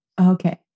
okay